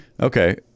Okay